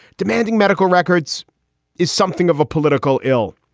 demanding medical records is something of a political ill.